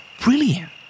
brilliant